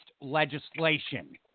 legislation